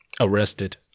arrested